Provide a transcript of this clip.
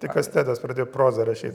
tai kastetas pradėjo proza rašyt